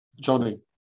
Johnny